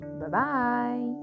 Bye-bye